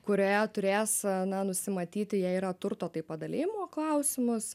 kurioje turės na nusimatyti jei yra turto padalijimo klausimus